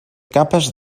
capes